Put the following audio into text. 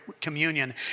communion